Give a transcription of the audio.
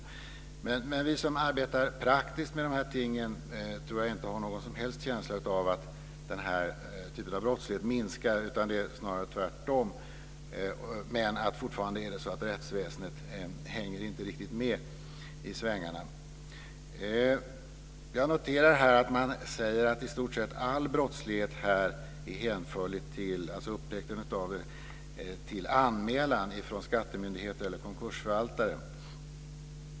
Jag tror dock att vi som arbetar praktiskt med de här frågorna inte har någon som helst känsla av att den här typen av brottslighet minskar, snarare tvärtom. Fortfarande är det så att rättsväsendet inte hänger riktigt med i svängarna. Jag noterar att man här anför att i stort sett all upptäckt av sådan här brottslighet är hänförlig till anmälan från skattemyndigheter och konkursförvaltare.